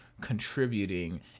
contributing